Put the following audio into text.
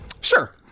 Sure